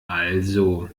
also